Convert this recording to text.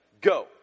Go